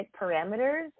parameters